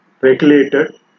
regulated